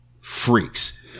freaks